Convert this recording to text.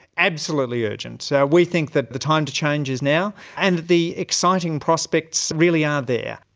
absolutely urgent. so we think that the time to change is now, and the exciting prospects really are there.